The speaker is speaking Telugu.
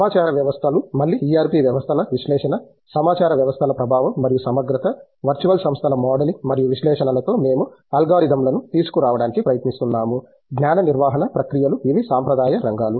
సమాచార వ్యవస్థలు మళ్ళీ ERP వ్యవస్థల విశ్లేషణ సమాచార వ్యవస్థల ప్రభావం మరియు సమగ్రత వర్చువల్ సంస్థల మోడలింగ్ మరియు విశ్లేషణలతో మేము అలోగోరిథమ్లను తీసుకురావడానికి ప్రయత్నిస్తున్నాము జ్ఞాన నిర్వహణ ప్రక్రియలు ఇవి సాంప్రదాయ రంగాలు